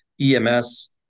EMS